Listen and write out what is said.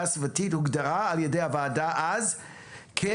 סביבתית הוגדרה על ידי הוועדה כיתום.